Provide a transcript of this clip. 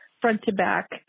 front-to-back